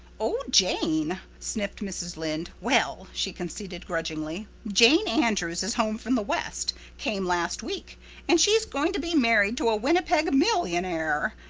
oh, jane, sniffed mrs. lynde. well, she conceded grudgingly, jane andrews is home from the west came last week and she's going to be married to a winnipeg millionaire.